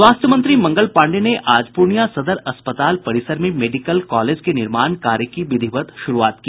स्वास्थ्य मंत्री मंगल पांडेय ने आज पूर्णिया सदर अस्पताल परिसर में मेडिकल कॉलेज के निर्माण कार्य की विधिवत श्रूआत की